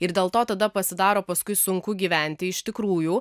ir dėl to tada pasidaro paskui sunku gyventi iš tikrųjų